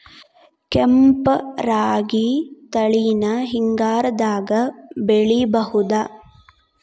ಕೆಂಪ ರಾಗಿ ತಳಿನ ಹಿಂಗಾರದಾಗ ಬೆಳಿಬಹುದ?